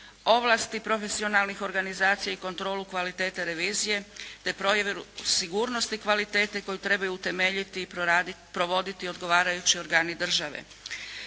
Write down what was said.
ovlasti profesionalnih organizacija i kontrolu kvalitete revizije te provjeru sigurnosti kvalitete koju trebaju utemeljiti i provoditi odgovarajući organi države.